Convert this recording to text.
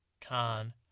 Khan